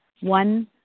One